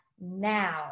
now